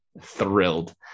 thrilled